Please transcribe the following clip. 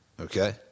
Okay